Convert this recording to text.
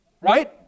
right